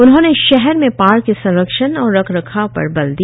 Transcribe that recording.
उन्होंने शहर में पार्क के संरक्षण और रखरखाव पर बल दिया